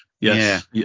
Yes